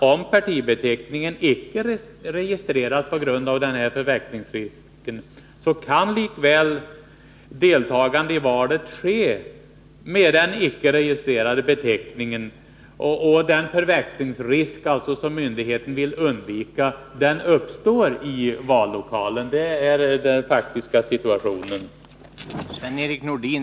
Om partibeteckningen inte registreras på grund av denna förväxlingsrisk kan likväl deltagande i valet ske med den icke registrerade beteckningen, och då kan den förväxlingsrisk som myndigheten ville undvika uppstå i vallokalen. Det är den faktiska situationen.